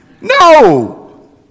No